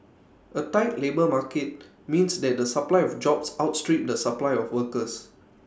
A tight labour market means that the supply of jobs outstrip the supply of workers